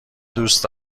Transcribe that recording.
دوست